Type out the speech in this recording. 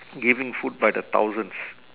giving food by the thousands